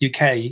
UK